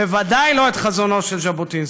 בוודאי לא את חזונו של ז'בוטינסקי,